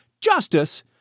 Justice